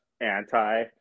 anti